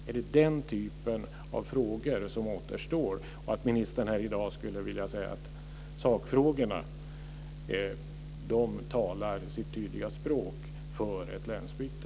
Är det den typen av frågor som återstår? Skulle ministern i dag vilja säga att sakfrågorna talar sitt tydliga språk för ett länsbyte?